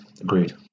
Agreed